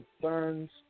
concerns